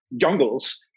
jungles